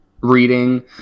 reading